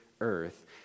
earth